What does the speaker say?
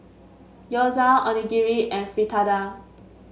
Gyoza Onigiri and Fritada